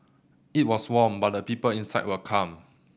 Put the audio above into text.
it was warm but the people inside were calm